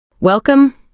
Welcome